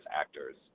actors